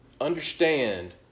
understand